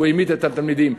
הוא העמיד את התלמידים.